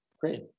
Great